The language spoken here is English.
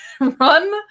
run